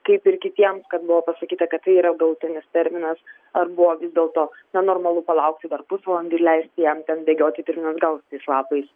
kaip ir kitiems kad buvo pasakyta kad tai yra galutinis terminas arba buvo vis dėlto na normalu palaukti dar pusvalandį leisti jam ten bėgioti pirmyn atgal lapais